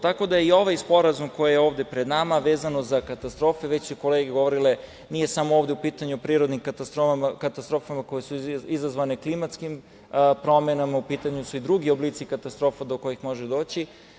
Tako da je i ovaj sporazum, koji je ovde pred nama, vezano za katastrofe, već su kolege govorile, nije samo ovde u pitanju o prirodnim katastrofama koje su izazvane klimatskim promenama, u pitanju su i drugi oblici katastrofa do kojih može doći.